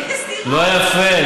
לא יפה.